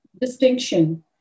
distinction